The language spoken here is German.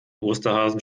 osterhasen